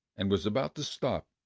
and was about to stop,